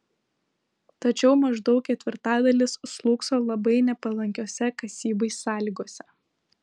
tačiau maždaug ketvirtadalis slūgso labai nepalankiose kasybai sąlygose